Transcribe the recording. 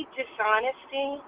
dishonesty